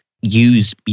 Use